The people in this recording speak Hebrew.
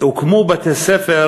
הוקמו בתי-ספר